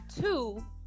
two